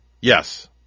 Yes